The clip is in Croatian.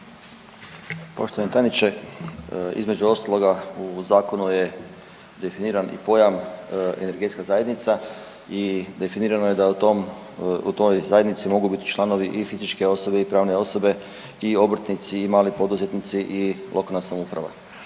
Poštovani tajniče između ostaloga u zakonu je definiran i pojam energetska zajednica i definirano je da u tom, u toj zajednici mogu biti članovi i fizičke osobe i pravne osobe i obrtnici i mali poduzetnici i lokalna samouprava.